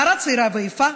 נערה צעירה ויפה,